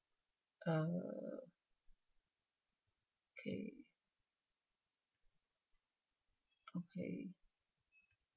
uh okay okay